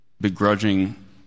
begrudging